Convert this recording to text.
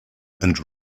and